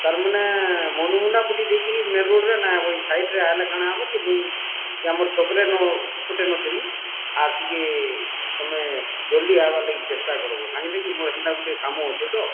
ତାର୍ ମାନେ ହନୁମୁଣ୍ଡା କୁଟି ଦେଇକିରି ମେନ୍ ରୋଡ଼୍ରେ ନା ଏ ସାଇଟ୍ରେ ଆଇଲେ କାଣା ହବ କି ମୁଇଁ ଏଇ ଆମର୍ ଛକ୍ ରେ ନ ଏପଟେ ନ ଥିବି ଆର୍ ଟିକେ ତମେ ଜଲ୍ଦି ଆଇବାର୍ ଲାଗି ଚେଷ୍ଟା କର୍ବ କାହିଁକିକି ମୋର ହେନ୍ତା ଟିକେ କାମ ଅଛିଁ ତ